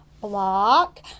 block